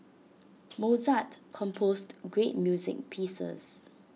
Mozart composed great music pieces